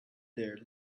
there